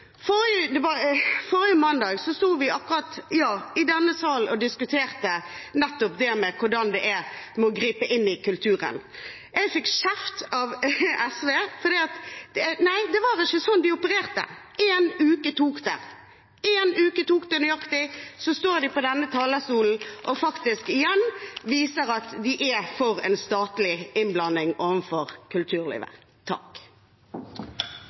Forrige mandag sto vi i denne salen og diskuterte nettopp hvordan det er å gripe inn i kulturen. Jeg fikk kjeft av SV – det var ikke slik de opererte. Én uke tok det, nøyaktig én uke tok det før de igjen står på denne talerstolen og viser at de er for statlig innblanding i kulturlivet.